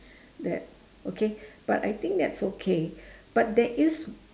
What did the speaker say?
that okay but I think that's okay but there is